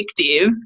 addictive